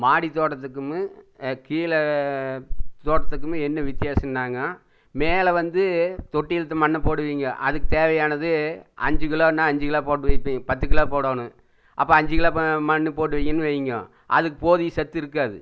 மாடித் தோட்டத்துக்குன்னு கீழே தோட்டத்துக்குன்னு என்ன வித்யாசன்னாங்க மேலே வந்து தொட்டி இழுத்து மண்ணை போட்டுடுவீங்க அதுக்கு தேவையானது அஞ்சு கிலோன்னா அஞ்சு கிலோ போட்டு வைப்பீங்க பத்து கிலோ போடணும் அப்போ அஞ்சு கிலோ மண் போடுவீங்கன்னு வையுங்க அதுக்கு போதிய சத்து இருக்காது